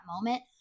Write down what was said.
moment